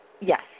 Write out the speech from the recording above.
Yes